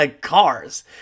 cars